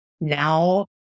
Now